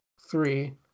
three